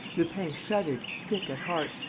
lupin shuddered, sick at heart,